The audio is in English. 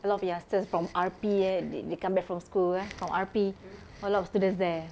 a lot of youngsters from R_P eh they they come back from school eh from R_P a lot of students there